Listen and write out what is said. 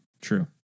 True